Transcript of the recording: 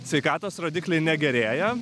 sveikatos rodikliai negerėja